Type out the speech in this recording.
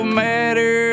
matter